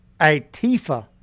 ATIFA